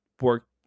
work